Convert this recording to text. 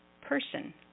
person